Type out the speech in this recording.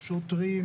שוטרים,